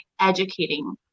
educating